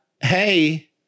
hey